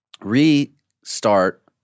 restart